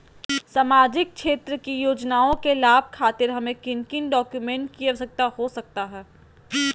सामाजिक क्षेत्र की योजनाओं के लाभ खातिर हमें किन किन डॉक्यूमेंट की आवश्यकता हो सकता है?